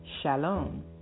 Shalom